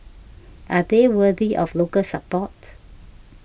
are they worthy of local support